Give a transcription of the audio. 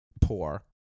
poor